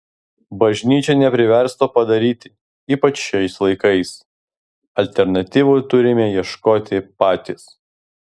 bažnyčia neprivers to padaryti ypač šiais laikais alternatyvų turime ieškoti patys